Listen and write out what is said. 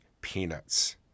peanuts